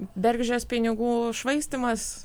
bergždžias pinigų švaistymas